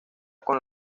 con